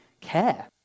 care